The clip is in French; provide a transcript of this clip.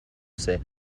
ses